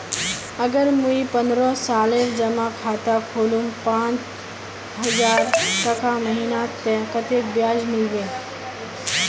अगर मुई पन्द्रोह सालेर जमा खाता खोलूम पाँच हजारटका महीना ते कतेक ब्याज मिलबे?